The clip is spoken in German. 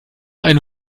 ein